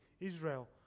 Israel